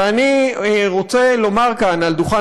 ואני רוצה לומר כאן על דוכן